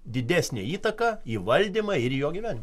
didesnę įtaką įvaldymą ir į jo gyventi